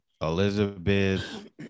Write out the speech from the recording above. elizabeth